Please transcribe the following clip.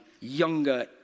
younger